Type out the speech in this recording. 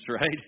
right